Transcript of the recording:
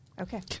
Okay